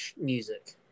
music